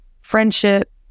friendship